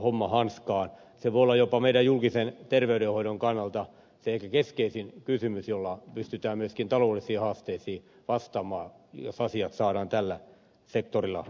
se voi olla jopa meidän julkisen terveydenhoidon kannalta keskeisin kysymys jolla pystytään myöskin taloudellisiin haasteisiin vastaamaan jos asiat saadaan tällä sektorilla kuntoon